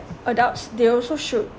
adults they also should